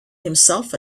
himself